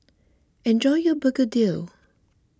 enjoy your Begedil